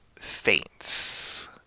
faints